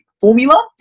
formula